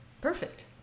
Perfect